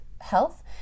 health